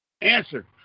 Answer